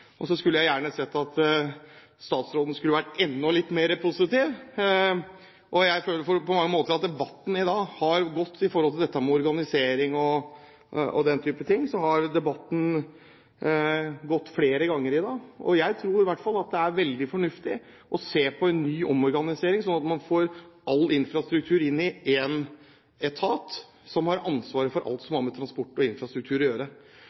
spørsmålene. Så skulle jeg gjerne sett at statsråden hadde vært enda litt mer positiv. Jeg føler på mange måter at denne debatten i dag – med tanke på organisering og den type ting – har gått flere ganger i dag, og jeg tror i hvert fall at det er veldig fornuftig å se på en ny omorganisering, slik at man får all infrastruktur inn i én etat som har ansvar for alt som har med transport og infrastruktur å gjøre,